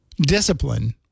discipline